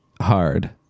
hard